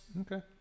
Okay